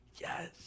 Yes